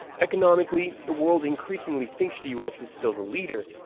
economically, the world increasingly thinks the u s. is still the leader,